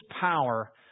power